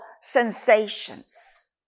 sensations